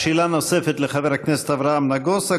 שאלה נוספת לחבר הכנסת אברהם נגוסה,